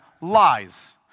Lies